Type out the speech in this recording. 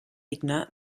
digne